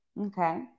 Okay